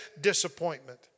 disappointment